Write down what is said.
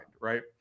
right